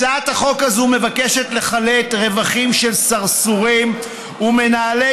הצעת החוק הזאת מבקשת לחלט רווחים של סרסורים ומנהלי